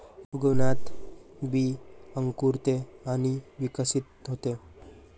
उगवणात बी अंकुरते आणि विकसित होते